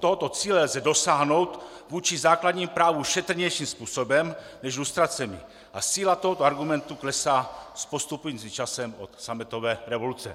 tohoto cíle lze dosáhnout vůči základnímu právu šetrnějším způsobem než lustracemi a síla tohoto argumentu klesá s postupujícím časem od sametové revoluce.